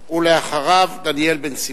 ואחריו, דניאל בן-סימון.